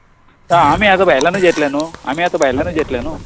आमी आतां भायल्यानूच यतले न्हू आमी आतां भायल्यानूच येतले न्हू